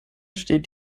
steht